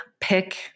pick